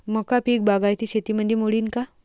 मका पीक बागायती शेतीमंदी मोडीन का?